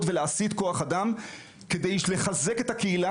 ולהסיט כוח אדם כדי לחזק את הקהילה,